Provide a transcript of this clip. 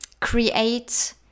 create